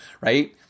right